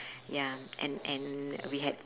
ya and and we had